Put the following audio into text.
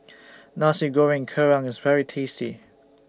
Nasi Goreng Kerang IS very tasty